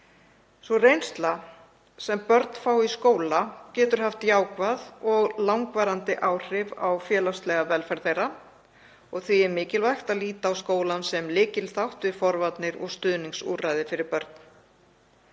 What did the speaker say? Sú reynsla sem börn fá í skóla getur haft jákvæð og langvarandi áhrif á félagslega velferð þeirra. Því er mikilvægt að líta á skólann sem lykilþátt við forvarnir og stuðningsúrræði fyrir börn.